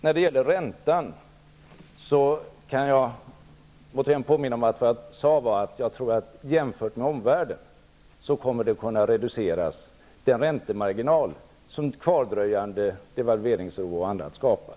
När det gäller räntan kan jag åter påminna om vad jag sade: Jämfört med omvärlden kommer den att kunna reduceras, dvs. den räntemarginal som kvardröjande devalveringsoro och annat skapar.